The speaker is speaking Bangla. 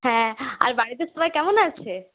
হ্যাঁ আর বাড়িতে সবাই কেমন আছে